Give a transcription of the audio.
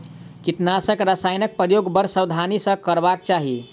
कीटनाशक रसायनक प्रयोग बड़ सावधानी सॅ करबाक चाही